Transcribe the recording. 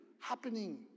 happening